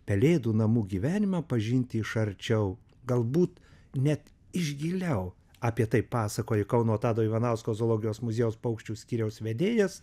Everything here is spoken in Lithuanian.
pelėdų namų gyvenimą pažinti iš arčiau galbūt net iš giliau apie tai pasakoja kauno tado ivanausko zoologijos muziejaus paukščių skyriaus vedėjas